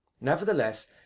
Nevertheless